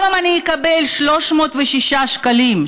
גם אם אני אקבל 306 שקלים,